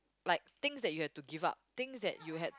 like things that you have to give up things that you had